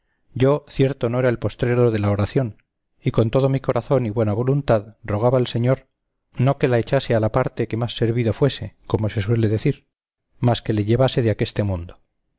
yo cierto no era el postrero de la oracion y con todo mi corazón y buena voluntad rogaba al señor no que la echase a la parte que más servido fuese como se suele decir mas que le llevase de aqueste mundo